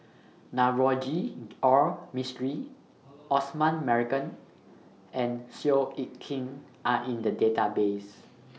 Navroji R Mistri Osman Merican and Seow Yit Kin Are in The Database